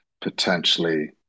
potentially